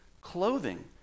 clothing